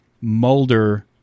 Mulder